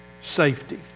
safety